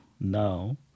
now